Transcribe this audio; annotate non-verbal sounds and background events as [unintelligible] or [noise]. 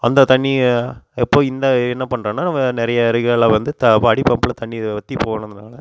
அந்த தண்ணியை எப்போது இந்த என்ன பண்ணுறேன்னா வ நிறைய [unintelligible] வந்து த அடிபம்புபில் தண்ணி வற்றிப் போனதுனால்